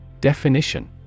Definition